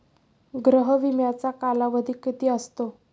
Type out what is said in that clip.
गृह विम्याचा कालावधी किती असतो?